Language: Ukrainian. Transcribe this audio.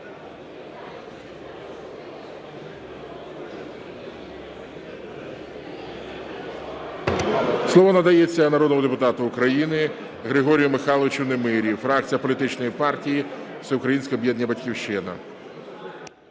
Слово надається народному депутату України Григорію Михайловичу Немирі, фракція політичної партії "Всеукраїнське об'єднання "Батьківщина".